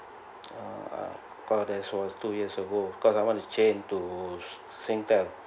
uh because that was two years ago because I want to change to Singtel